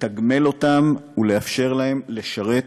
לתגמל אותם ולאפשר להם לשרת